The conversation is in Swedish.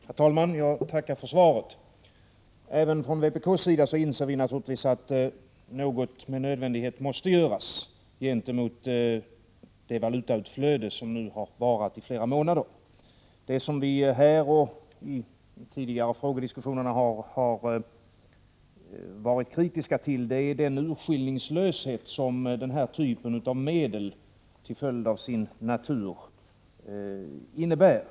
Herr talman! Jag tackar för svaret. Även från vpk:s sida inser vi naturligtvis att något med nödvändighet måste göras gentemot det valutautflöde som nu har varat i flera månader. Det som vi här och i de tidigare frågediskussionerna har varit kritiska till är den urskillningslöshet som den hör typen av medel till följd av sin natur innebär.